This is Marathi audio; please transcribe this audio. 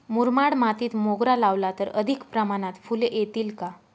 मुरमाड मातीत मोगरा लावला तर अधिक प्रमाणात फूले येतील का?